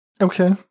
Okay